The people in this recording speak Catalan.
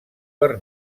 per